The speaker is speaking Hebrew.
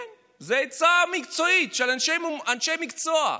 כן, זו העצה המקצועית של אנשי מקצוע,